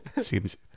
seems